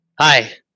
Hi